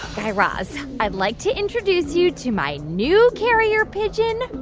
guy raz, i'd like to introduce you to my new carrier pigeon,